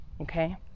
okay